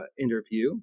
interview